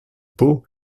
peau